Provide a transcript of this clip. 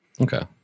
Okay